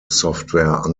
software